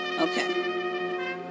Okay